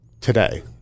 today